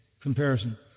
comparison